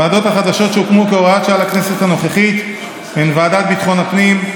הוועדות החדשות שהוקמו כהוראת שעה לכנסת הנוכחית הן ועדת ביטחון הפנים,